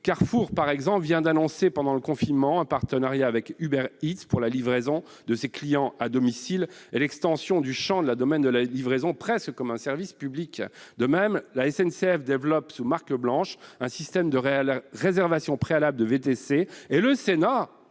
Carrefour, par exemple, a annoncé pendant le confinement un partenariat avec Uber Eats pour la livraison de ses clients à domicile, ce service étant presque présenté comme un service public. De même, la SNCF développe sous marque blanche un système de réservation préalable de VTC, tandis